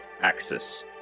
Axis